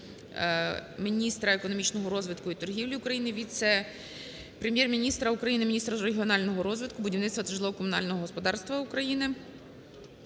міністра економічного розвитку і торгівлі України, віце-прем'єр-міністра України, міністра регіонального розвитку, будівництва та житлово-комунального господарства України,